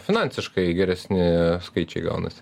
finansiškai geresni skaičiai gaunasi